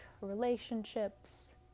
relationships